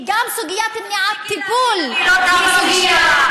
גם סוגיית מניעת טיפול, המשטרה.